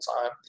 time